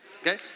Okay